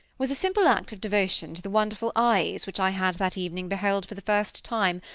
was a simple act of devotion to the wonderful eyes which i had that evening beheld for the first time,